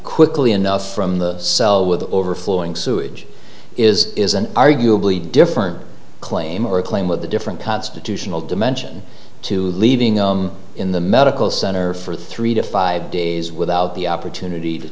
quickly enough from the cell with overflowing sewage is is an arguably different claim or a claim with a different constitutional dimension to leaving us in the medical center for three to five days without the opportunity to